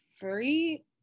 three